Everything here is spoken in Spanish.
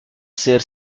ser